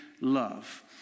love